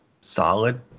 solid